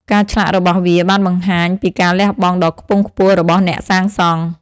ការឆ្លាក់របស់វាបានបង្ហាញពីការលះបង់ដ៏ខ្ពង់ខ្ពស់របស់អ្នកសាងសង់។